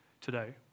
today